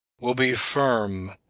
will be firm,